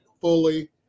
fully